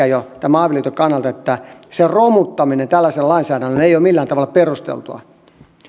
jo niin pitkät tämän avioliiton kannalta että sen romuttaminen tällaisella lainsäädännöllä ei ole millään tavalla perusteltua